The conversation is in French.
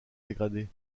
dégradée